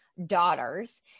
Daughters